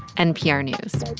npr news